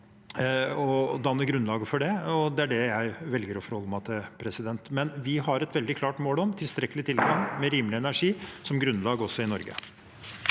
Den danner grunnlaget, og det er det jeg velger å forholde meg til. Men vi har et veldig klart mål om tilstrekkelig tilgang på rimelig energi som grunnlag også i Norge.